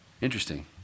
Interesting